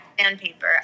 sandpaper